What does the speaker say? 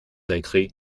écrits